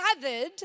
gathered